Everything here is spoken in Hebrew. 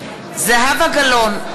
זהבה גלאון,